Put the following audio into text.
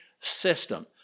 system